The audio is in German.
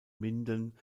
minden